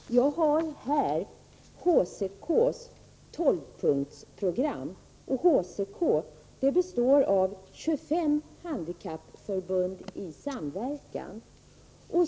Jag har här HCK:s tolvpunktsprogram. HCK består av 25 handikappförbund i samverkan.